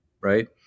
right